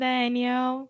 Daniel